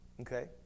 okay